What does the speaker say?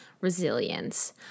resilience